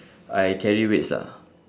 I carry weights lah